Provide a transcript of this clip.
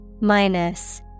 Minus